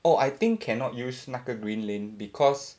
oh I think cannot use 那个 green lane because